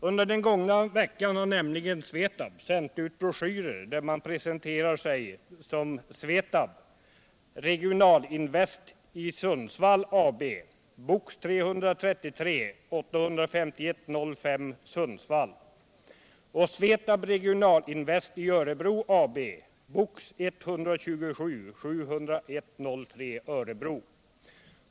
Under den gångna veckan har nämligen SVETAB sänt ut broschyrer, där man presenterar sig som ”SVETAB Regionalinvest i Sundsvall AB, Box 333, 85105 Sundsvall” och ”SVETAB Regionalinvest i Örebro AB, Box 127, 701 03 Örebro”.